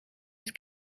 het